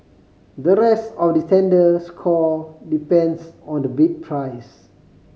the rest of the tender score depends on the bid price